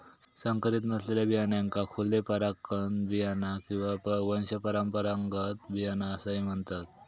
संकरीत नसलेल्या बियाण्यांका खुले परागकण बियाणा किंवा वंशपरंपरागत बियाणा असाही म्हणतत